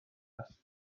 است